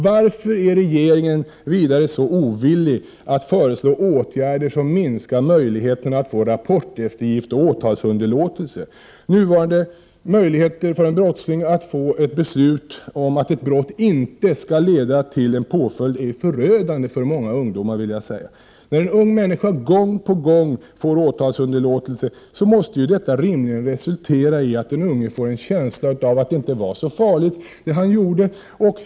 Varför är regeringen vidare så ovillig att föreslå åtgärder som minskar möjligheterna att få rapporteftergift och åtalsunderlåtelse? Nuvarande flitiga användning av dessa institut är förödande för många ungdomar. När en ung människa gång på gång får exempelvis åtalsunderlåtelse, måste detta rimligen resultera i att den unge får en känsla av att det han gjorde inte var ”så farligt”.